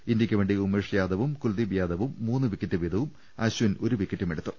ഇന്ത്യയ്ക്കുവേണ്ടി ഉമേഷ് യാദവും കുൽദീപ് യാദവും മൂന്ന് വിക്കറ്റ് വീതവും അശ്വിൻ ഒരു വിക്കറ്റുമെടുത്തു